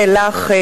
זה לך,